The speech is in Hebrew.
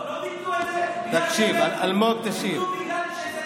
לא ביטלו את זה בגלל שזה, ביטלו בגלל שזה